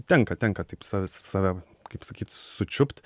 tenka tenka taip sa save kaip sakyt sučiupt